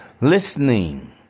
listening